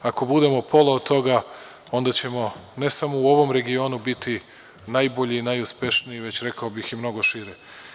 Ako budemo pola od toga, onda ćemo ne samo u ovom regionu biti najbolji i najuspešniji, već rekao bih i mnogo šire.